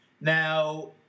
Now